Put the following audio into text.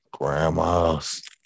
Grandmas